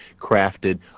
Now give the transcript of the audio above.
crafted